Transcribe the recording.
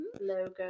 Logo